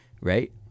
Right